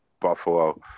Buffalo